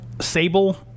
sable